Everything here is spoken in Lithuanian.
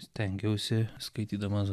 stengiausi skaitydamas